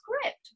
script